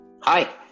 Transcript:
hi